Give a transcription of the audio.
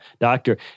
doctor